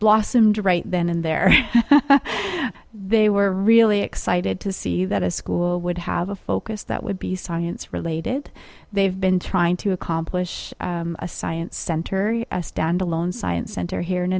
blossomed right then and there they were really excited to see that a school would have a focus that would be science related they've been trying to accomplish a science center or a stand alone science center here in